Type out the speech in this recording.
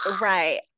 Right